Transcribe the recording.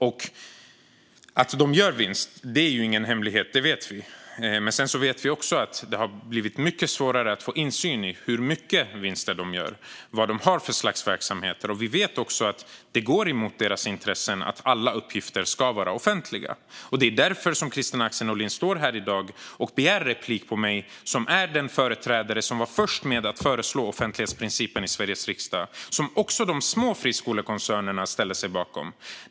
Att de gör vinst är ingen hemlighet. Det vet vi. Men sedan vet vi också att det har blivit mycket svårare att få insyn i hur mycket vinster de gör och vad de har för slags verksamhet. Vi vet också att det är emot deras intressen att alla uppgifter ska vara offentliga. Det är därför som Kristina Axén Olin står här i dag och begär replik på mig, som är den företrädare som var först med att föreslå offentlighetsprincipen i Sveriges riksdag, något som också de små friskolekoncernerna ställde sig bakom.